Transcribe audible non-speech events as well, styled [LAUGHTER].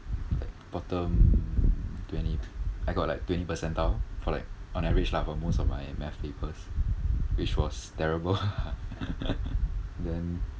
like bottom twenty I got like twenty percentile for like on average lah but most of my math papers which was terrible lah [LAUGHS] then